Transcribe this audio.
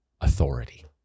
authority